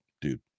Dude